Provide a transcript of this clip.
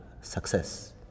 success